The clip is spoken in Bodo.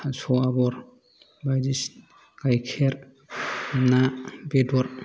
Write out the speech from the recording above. थास' आबर बायदिसिना गायखेर ना बेदर